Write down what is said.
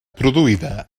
produïda